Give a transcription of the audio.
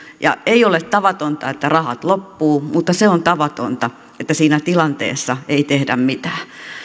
ei ole tavatonta että rahat loppuvat mutta se on tavatonta että siinä tilanteessa ei tehdä mitään